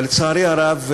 אבל, לצערי הרב,